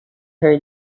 her